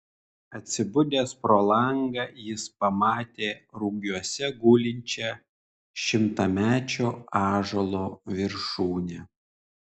atsibudęs pro langą jis pamatė rugiuose gulinčią šimtamečio ąžuolo viršūnę